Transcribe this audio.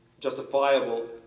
justifiable